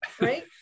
right